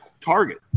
target